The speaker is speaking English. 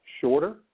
shorter